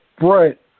right